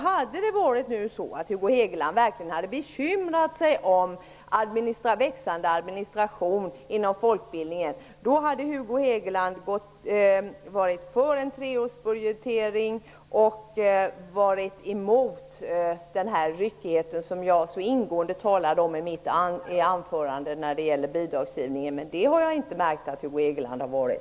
Hade det varit så att Hugo Hegeland verkligen bekymrat sig om växande administration inom folkbildningen, hade Hugo Hegeland varit för en treårsbudgetering och varit emot den ryckighet när det gäller bidragsgivningen som jag så ingående talade om i mitt anförande. Men det har jag inte märkt att Hugo Hegeland har varit.